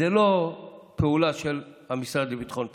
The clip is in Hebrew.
זאת לא פעולה של המשרד לביטחון הפנים.